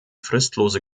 fristlose